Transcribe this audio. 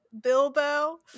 Bilbo